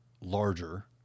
larger